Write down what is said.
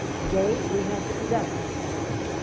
today we have the production seminar,